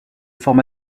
forme